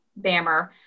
Bammer